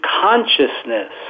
consciousness